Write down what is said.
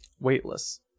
weightless